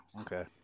Okay